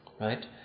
Right